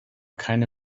keine